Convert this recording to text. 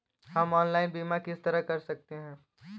हम ऑनलाइन बीमा किस तरह कर सकते हैं?